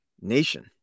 nation